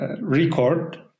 record